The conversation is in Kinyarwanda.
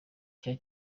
cye